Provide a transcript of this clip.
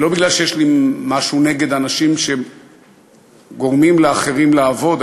לא כי יש לי משהו נגד אנשים שגורמים לאחרים לעבוד,